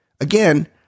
Again